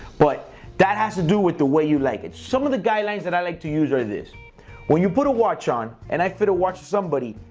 but that has to do with the way you like it. some of the guidelines that i like to use are these when you put a watch on and i fit a watch to somebody,